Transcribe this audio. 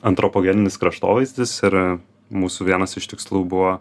antropogeninis kraštovaizdis ir mūsų vienas iš tikslų buvo